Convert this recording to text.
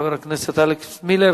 חבר הכנסת אלכס מילר.